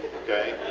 okay,